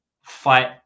Fight